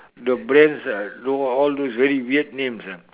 the brands are all those very weird names ah